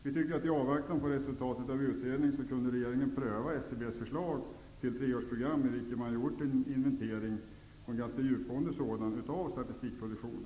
I avvaktan på resultatet av utredningen kunde regeringen pröva SCB:s förslag till treårsprogram, i vilket man har gjort en djupgående inventering av statistikproduktionen.